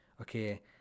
okay